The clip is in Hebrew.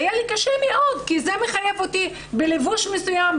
היה לי קשה מאוד כי זה מחייב אותי בלבוש מסוים,